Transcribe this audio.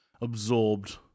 absorbed